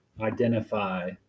Identify